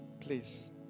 Please